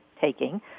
taking